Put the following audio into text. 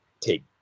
take